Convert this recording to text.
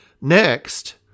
next